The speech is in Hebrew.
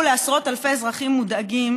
לעשרות אלפי אזרחים מודאגים